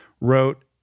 wrote